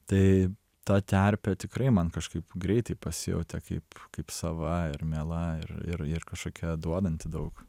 tai ta terpė tikrai man kažkaip greitai pasijautė kaip kaip sava ir miela ir ir ir kažkokia duodanti daug